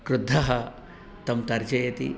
क्रुद्धः तं तर्जयति